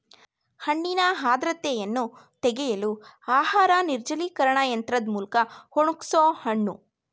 ಹಣ್ಣಿನ ಆರ್ದ್ರತೆಯನ್ನು ತೆಗೆಯಲು ಆಹಾರ ನಿರ್ಜಲೀಕರಣ ಯಂತ್ರದ್ ಮೂಲ್ಕ ಒಣಗ್ಸೋಹಣ್ಣು